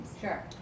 Sure